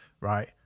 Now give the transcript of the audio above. right